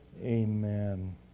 Amen